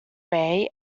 bay